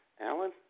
Alan